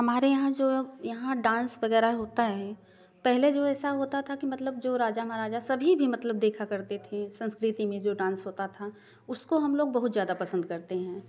हमारे यहाँ जो यहाँ डांस वगैरह होता है पहले जो ऐसा होता था कि मतलब जो राजा महाराजा सभी भी मतलब देखा करते थे संस्कृति में जो डांस होता था उसको हम लोग बहुत ज़्यादा पसंद करते हैं